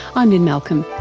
i'm lynne malcolm,